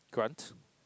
grant